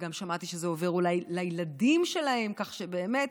גם שמעתי שזה עובר אולי לילדים שלהם, כך שבאמת